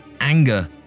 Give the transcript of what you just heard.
anger